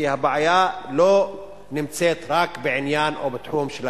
כי הבעיה לא נמצאת רק בתחום של הדיור.